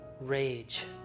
rage